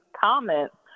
comments